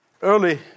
Early